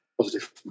positive